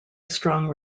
strong